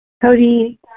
Cody